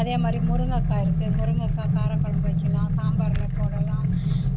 அதேமாதிரி முருங்கக்காய் இருக்கு முருங்கக்காய் கார குழம்பு வைக்கலாம் சாம்பாரில் போடலாம்